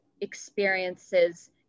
experiences